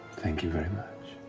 thank you very